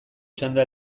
txanda